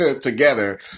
together